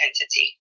entity